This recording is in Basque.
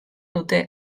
dute